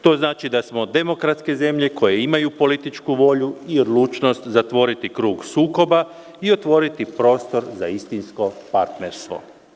To znači da smo demokratske zemlje koje imaju političku volju i odlučnost zatvoriti krug sukoba i otvoriti prostor za istinsko partnerstvo.